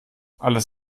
alles